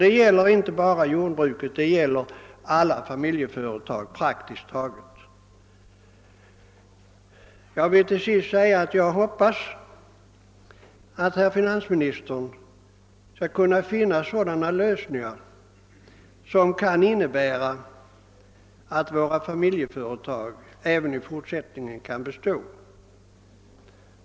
Detta gäller inte bara jordbruket utan praktiskt taget alla familjeföretag. Jag vill vidare säga att jag hoppas att finansministern skall kunna finna lösningar som innebär att våra familjeföretag även i fortsättningen kan bestå.